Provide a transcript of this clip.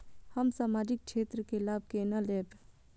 हम सामाजिक क्षेत्र के लाभ केना लैब?